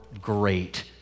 great